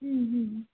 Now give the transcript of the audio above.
ಹ್ಞೂ ಹ್ಞೂ